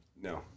No